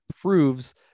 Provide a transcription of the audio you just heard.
proves